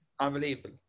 Unbelievable